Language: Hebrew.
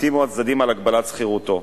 הסכימו הצדדים על הגבלת סחירותו,